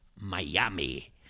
Miami